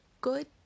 good